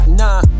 nah